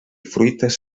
fruites